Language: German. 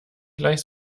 gleich